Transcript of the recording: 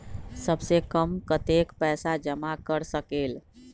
सबसे कम कतेक पैसा जमा कर सकेल?